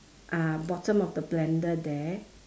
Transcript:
uh bottom of the blender there